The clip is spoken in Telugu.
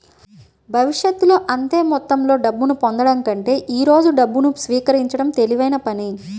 భవిష్యత్తులో అంతే మొత్తంలో డబ్బును పొందడం కంటే ఈ రోజు డబ్బును స్వీకరించడం తెలివైన పని